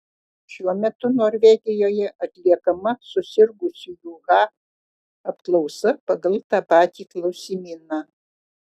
šiuo metu norvegijoje atliekama susirgusiųjų ha apklausa pagal tą patį klausimyną